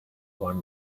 one